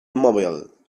immobile